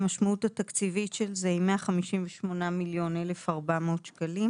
המשמעות התקציבית של זה היא 158,001,400 שקלים